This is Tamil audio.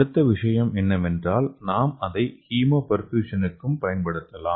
அடுத்த விஷயம் என்னவென்றால் நாம் அதை ஹீமோபெர்ஃபியூஷனுக்கும் பயன்படுத்தலாம்